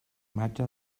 imatge